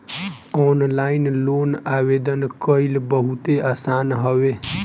online loan आवेदन कईल बहुते आसान हवे